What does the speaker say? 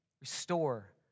restore